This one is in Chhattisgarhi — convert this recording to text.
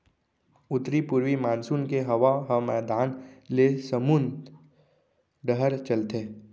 उत्तर पूरवी मानसून के हवा ह मैदान ले समुंद डहर चलथे